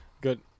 good